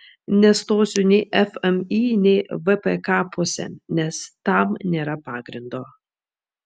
nestosiu nei fmį nei vpk pusėn nes tam nėra pagrindo